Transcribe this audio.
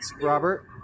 Robert